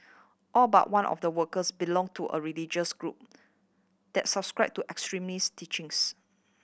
all but one of the workers belonged to a religious group that subscribed to extremist teachings